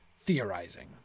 theorizing